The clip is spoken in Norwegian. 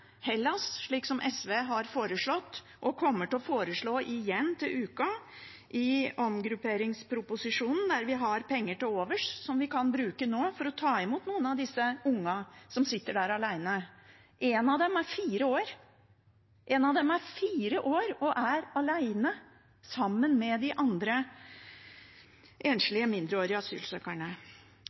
Hellas, slik SV har foreslått og kommer til å foreslå igjen til uka i forbindelse med omgrupperingsproposisjonen, der vi har penger til overs, som vi kan bruke nå for å ta imot noen av disse ungene som sitter der alene. En av dem er fire år og er alene sammen med de andre enslige mindreårige asylsøkerne.